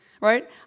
right